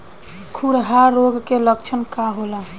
खुरहा रोग के लक्षण का होला?